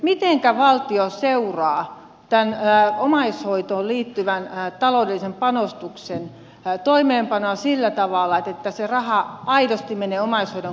miten valtio seuraa tämän omaishoitoon liittyvän taloudellisen panostuksen toimeenpanoa sillä tavalla että se raha aidosti menee omaishoidon kehittämiseen eikä muuhun